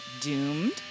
doomed